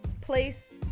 place